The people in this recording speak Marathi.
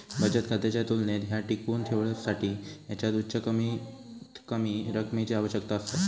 बचत खात्याच्या तुलनेत ह्या टिकवुन ठेवसाठी ह्याच्यात उच्च कमीतकमी रकमेची आवश्यकता असता